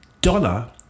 dollar